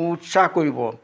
উৎসাহ কৰিব